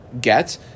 get